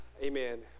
Amen